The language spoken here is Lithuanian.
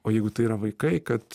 o jeigu tai yra vaikai kad